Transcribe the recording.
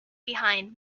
behind